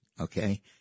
okay